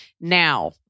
Now